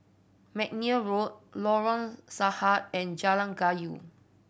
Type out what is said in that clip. McNair Road Lorong Sahad and Jalan Kayu